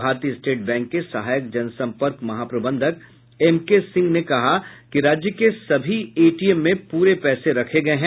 भारतीय state bank के सहायक जनसंपर्क महाप्रबंधक एमके सिंह ने कहा कि राज्य के सभी एटीएम में पूरे पैसे रखे गये हैं